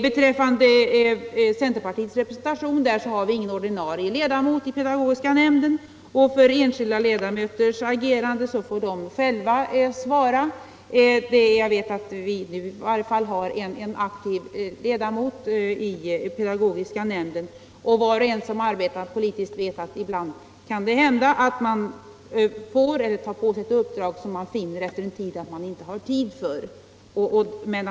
Beträffande centerpartiets representation har vi ingen ordinarie ledamot i pedagogiska nämnden. Enskilda ledamöter får själva svara för sitt agerande. Jag vet att vi nu i varje fall har en aktiv ledamot i pedagogiska nämnden. Var och en som arbetar politiskt vet att det ibland kan hända att man får — eller tar på sig — ett uppdrag men efter en tid finner att man inte har tid för det.